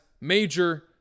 major